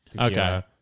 Okay